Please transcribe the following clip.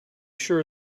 sure